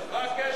מה הקשר?